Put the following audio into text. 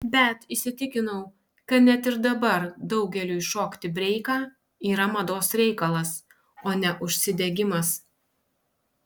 bet įsitikinau kad net ir dabar daugeliui šokti breiką yra mados reikalas o ne užsidegimas